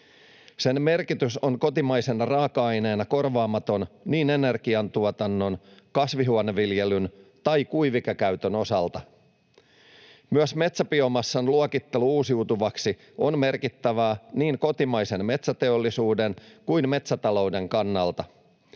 Sen merkitys on kotimaisena raaka-aineena korvaamaton niin energiantuotannon, kasvihuoneviljelyn tai kuivikekäytön osalta. Myös metsäbiomassan luokittelu uusiutuvaksi on merkittävää niin kotimaisen metsäteollisuuden kuin metsätalouden kannalta.